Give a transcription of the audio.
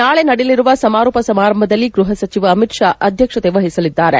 ನಾಳೆ ನಡೆಯಲಿರುವ ಸಮಾರೋಪ ಸಮಾರಂಭದಲ್ಲಿ ಗ್ಬಹ ಸಚಿವ ಅಮಿತ್ ಪಾ ಅಧ್ಯಕ್ಷತೆ ವಹಿಸಲಿದ್ದಾರೆ